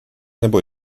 nebo